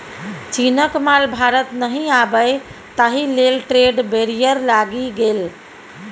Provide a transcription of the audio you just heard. चीनक माल भारत नहि आबय ताहि लेल ट्रेड बैरियर लागि गेल